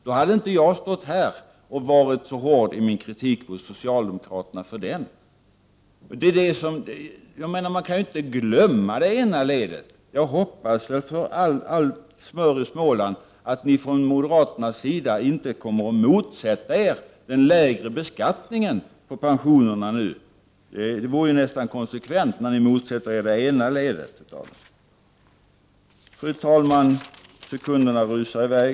Då hade jag inte stått här och varit så hård i kritiken mot socialdemokraterna. Man kan dock inte glömma det ena ledet. Jag hoppas för allt smör i Småland att ni moderater inte kommer att motsätta er den lägre beskattningen av pensionerna. Det vore nästan en konsekvens när ni nu motsätter er det ena ledet. Fru talman! Sekunderna rusar i väg.